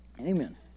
Amen